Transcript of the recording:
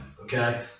okay